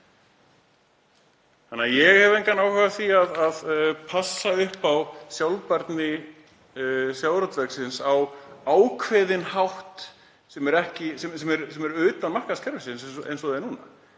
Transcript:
markaðinn. Ég hef engan áhuga á því að passa upp á sjálfbærni sjávarútvegsins á ákveðinn hátt sem er utan markaðskerfisins eins og það er núna.